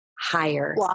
higher